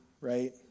Right